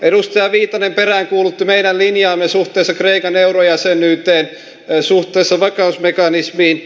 edustaja viitanen peräänkuulutti meidän linjaamme suhteessa kreikan eurojäsenyyteen suhteessa vakausmekanismiin